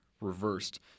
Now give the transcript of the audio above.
reversed